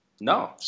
No